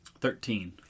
Thirteen